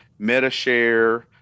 MetaShare